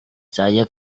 saya